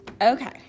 Okay